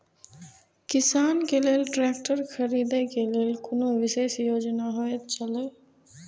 किसान के लेल ट्रैक्टर खरीदे के लेल कुनु विशेष योजना होयत छला?